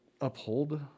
uphold